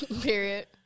Period